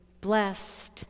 blessed